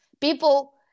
people